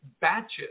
batches